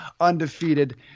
undefeated